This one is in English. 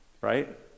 right